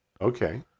Okay